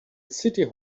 city